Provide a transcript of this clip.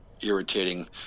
irritating